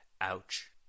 Ouch